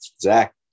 Zach